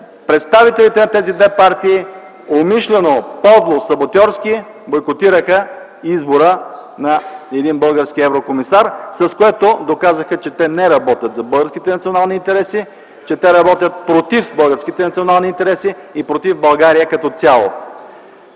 Представителите на тези две партии умишлено, подло, саботьорски бойкотираха избора на един български еврокомисар, с което доказаха, че те не работят за българските национални интереси, че те работят против българските национални интереси и против България като цяло.